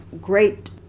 great